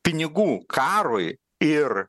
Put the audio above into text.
pinigų karui ir